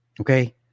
Okay